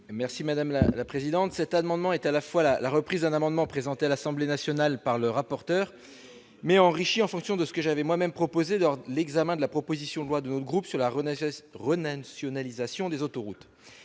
Merci madame la présidente, cet amendement est à la fois la la reprise d'un amendement, présenté à l'Assemblée nationale par le rapporteur mais enrichie en fonction de ce que j'avais moi-même proposé de l'examen de la proposition de loi de notre groupe sur la renaissance renationalisation des autoroutes,